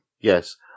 Yes